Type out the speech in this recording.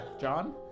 John